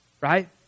Right